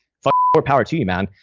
fucking more power to you, man.